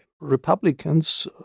Republicans